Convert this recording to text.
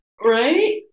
Right